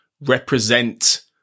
represent